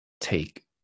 take